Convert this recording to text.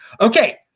Okay